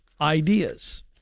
ideas